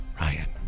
Ryan